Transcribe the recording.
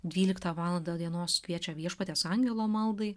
dvyliktą valandą dienos kviečia viešpaties angelo maldai